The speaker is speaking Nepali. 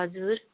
हजुर